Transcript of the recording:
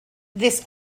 this